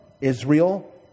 Israel